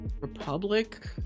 Republic